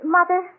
Mother